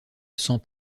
sans